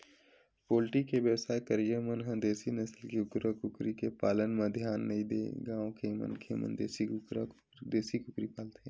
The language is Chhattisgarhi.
पोल्टी के बेवसाय करइया मन ह देसी नसल के कुकरा कुकरी के पालन म धियान नइ देय गांव के मनखे मन देसी कुकरी पालथे